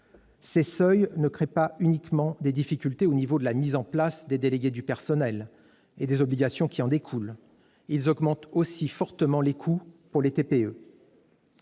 Ces seuils ne créent pas uniquement des difficultés en matière de mise en place des délégués du personnel avec les obligations qui en découlent, ils augmentent aussi fortement les coûts pour les TPE.